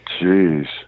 Jeez